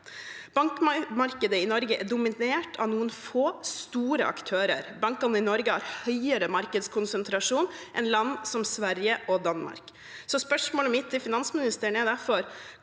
Bankmarkedet i Norge er dominert av noen få, store aktører. Bankene i Norge har høyere markedskonsentrasjon enn tilfellet er i land som Sverige og Danmark. Spørsmålet mitt til finansministeren er derfor: